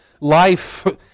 life